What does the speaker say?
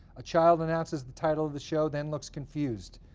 a child announces the title of the show, then looks confused.